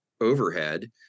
overhead